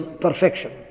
perfection